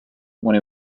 when